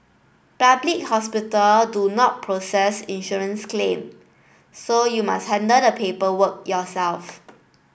public hospital do not process insurance claim so you must handle another paperwork yourself